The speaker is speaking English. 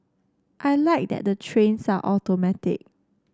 I like that the trains are automatic